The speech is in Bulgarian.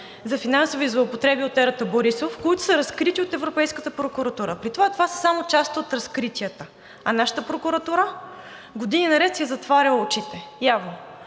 за финансови злоупотреби от ерата Борисов, които са разкрити от Европейската прокуратура. При това това са част от разкритията. А нашата прокуратура години наред си е затваряла очите явно.